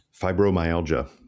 fibromyalgia